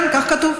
כן, כך כתוב.